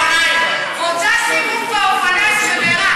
רוצה סיבוב באופניים של מירב.